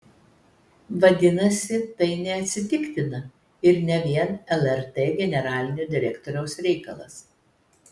vadinasi tai neatsitiktina ir ne vien lrt generalinio direktoriaus reikalas